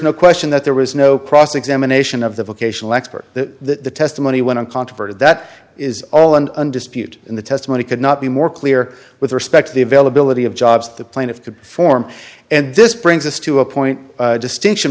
no question that there was no cross examination of the vocational expert that testimony when uncontroverted that is all and undisputed in the testimony could not be more clear with respect to the availability of jobs the plaintiff could form and this brings us to a point distinction